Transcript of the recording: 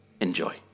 Enjoy